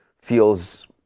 feels